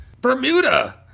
Bermuda